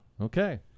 Okay